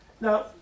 Now